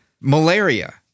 Malaria